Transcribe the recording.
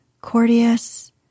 courteous